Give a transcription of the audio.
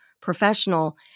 Professional